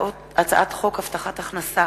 הצעת חוק הבטחת הכנסה